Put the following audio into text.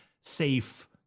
safe